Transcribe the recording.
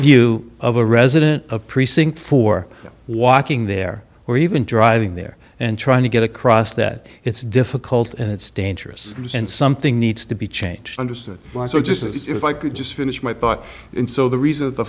view of a resident a precinct for walking there or even driving there and trying to get across that it's difficult and it's dangerous and something needs to be changed understood just as if i could just finish my thought and so the reason the